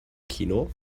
kino